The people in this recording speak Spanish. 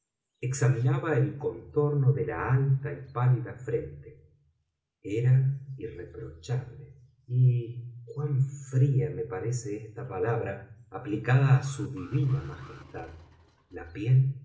examinaba el contorno de la alta y pálida frente era irreprochable y cuán fría me parece esta palabra aplicada a su divina majestad la piel